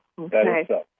Okay